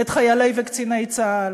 את חיילי וקציני צה"ל,